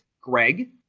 Greg